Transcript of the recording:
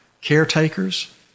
caretakers